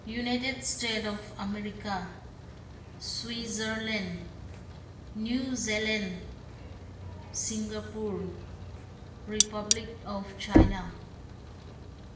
united state of America Switzerland New Zealand Singapore republic of China